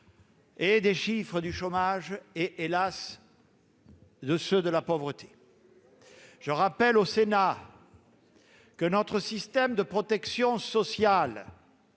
et des chiffres du chômage et, hélas, de ceux de la pauvreté. Je rappelle au Sénat que notre système de protection sociale